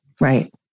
Right